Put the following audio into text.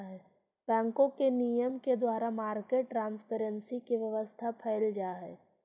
बैंकों के नियम के द्वारा मार्केट ट्रांसपेरेंसी के व्यवस्था कैल जा हइ